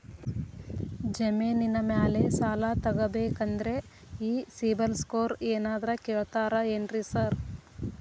ಜಮೇನಿನ ಮ್ಯಾಲೆ ಸಾಲ ತಗಬೇಕಂದ್ರೆ ಈ ಸಿಬಿಲ್ ಸ್ಕೋರ್ ಏನಾದ್ರ ಕೇಳ್ತಾರ್ ಏನ್ರಿ ಸಾರ್?